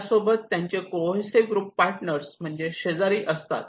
त्यासोबतच त्यांचे cohesive groups partner म्हणजेच शेजारी असतात